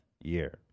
year